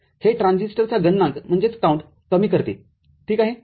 हे ट्रान्झिस्टरचा गणनांक कमी करते ठीक आहे